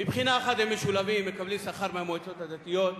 מבחינה אחת הם משולבים: מקבלים שכר מהמועצות הדתיות.